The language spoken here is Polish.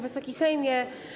Wysoki Sejmie!